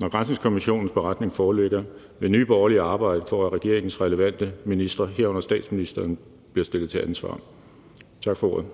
Når granskningskommissionens beretning foreligger, vil Nye Borgerlige arbejde for, at regeringens relevante ministre, herunder statsministeren, bliver stillet til ansvar. Tak for ordet.